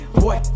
boy